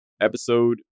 Episode